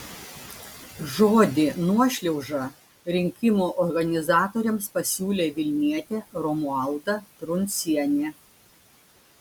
žodį nuošliauža rinkimų organizatoriams pasiūlė vilnietė romualda truncienė